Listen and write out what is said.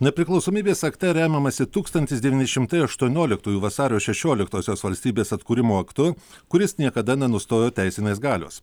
nepriklausomybės akte remiamasi tūkstantis devyni šimtai aštuonioliktųjų vasario šešioliktosios valstybės atkūrimo aktu kuris niekada nenustojo teisinės galios